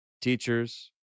teachers